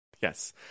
Yes